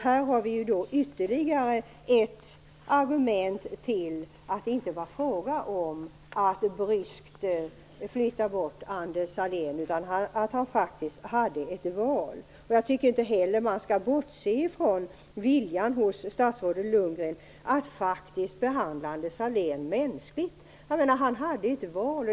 Här har vi ytterligare ett argument för att det inte var fråga om att bryskt flytta bort Anders Sahlén. Han hade faktiskt ett val. Jag tycker inte heller att man skall bortse från viljan hos statsrådet Lundgren att faktiskt behandla Anders Sahlén mänskligt. Han hade, som sagt, ett val.